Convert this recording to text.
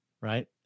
right